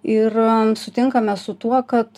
ir sutinkame su tuo kad